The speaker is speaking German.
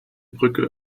brücke